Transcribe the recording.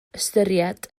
ystyried